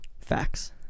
Facts